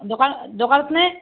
দোকা দোকানত নে